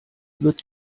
wird